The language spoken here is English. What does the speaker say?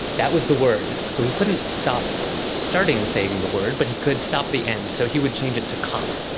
that was the word. so he couldn't stop starting saying the word but he could stop the end, so he would change it to cop.